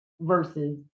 versus